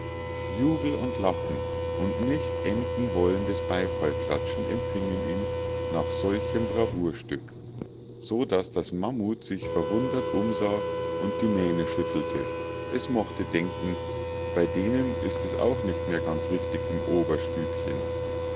jubel und lachen und nicht endenwollendes beifallklatschen empfingen ihn nach solchem bravourstück so daß das mammut sich verwundert umsah und die mähne schüttelte es mochte denken bei denen ist es auch nicht mehr ganz richtig im oberstübchen